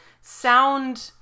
sound